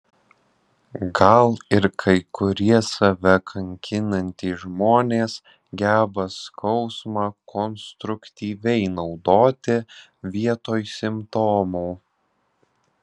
gal ir kai kurie save kankinantys žmonės geba skausmą konstruktyviai naudoti vietoj simptomų